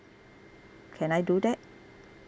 can I do that